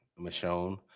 Michonne